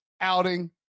outing